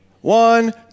One